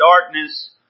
darkness